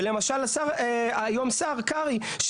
ולמשל היום שר קרעי,